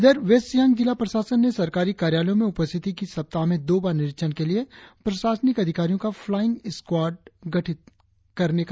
इधर वेस्ट सियांग जिला प्रशासन ने सरकारी कार्यालयों में उपस्थिति की सप्ताह में दो बार निरीक्षण के लिए प्रशासनिक अधिकारियों का फ्लाईंग स्क्वाड गठित करेगा